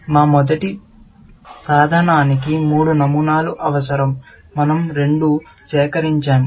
మా మొదటి సాధనానికి మూడు నమూనాలు అవసరం మనం రెండు సేకరించాము